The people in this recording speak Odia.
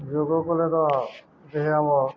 ଯୋଗ କଲେ ତ ଦେହେ ଆମ